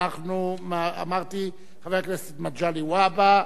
אמרתי חבר הכנסת מגלי והבה,